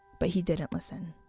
but he didn't listen.